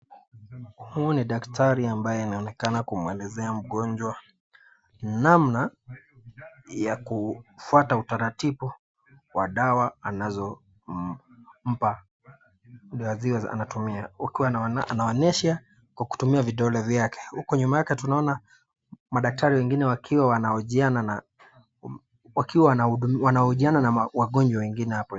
Huyu ni daktari ambaye anaonekana kumwelezea mgonjwa namna ya kufuata utaratibu wa dawa anazompa na zile anatumia akiwa anaonyesha kwa kutumia vidole vyake huku nyuma yake tunaona madaktari wengine wakiwa wanahojiana na wagonjwa wengine hapo.